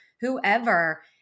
whoever